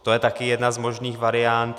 To je také jedna z možných variant.